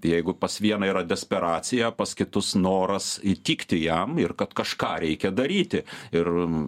jeigu pas vieną yra desperacija pas kitus noras įtikti jam ir kad kažką reikia daryti ir